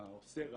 אתה עושה רע,